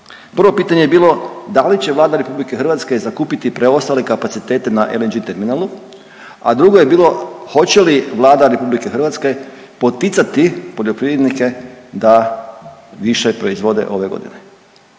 Prvo pitanje je bilo da li će Vlada RH zakupiti preostale kapacitete na LNG terminalu, a drugo je bilo hoće li Vlada RH poticati poljoprivrednike da više proizvode ove godine.